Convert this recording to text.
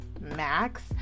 max